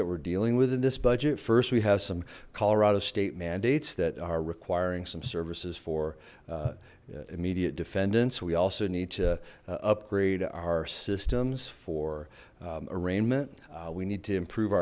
that we're dealing with in this budget first we have some colorado state mandates that are requiring some services for immediate defendants we also need to upgrade our systems for arraignment we need to improve